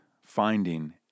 finding